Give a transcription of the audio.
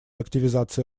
активизации